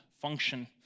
function